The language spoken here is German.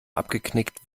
abgeknickt